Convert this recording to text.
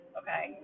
okay